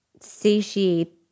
satiate